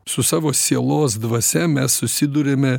su savo sielos dvasia mes susiduriame